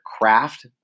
craft